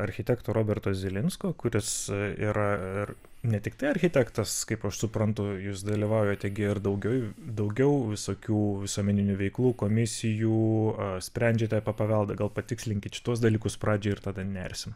architekto roberto zilinsko kuris yra ir ne tiktai architektas kaip aš suprantu jūs dalyvaujate gi ar daugiau daugiau visokių visuomeninių veiklų komisijų sprendžiate apie paveldą gal patikslinkit šituos dalykus pradžiai ir tada nersim